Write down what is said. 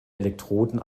elektroden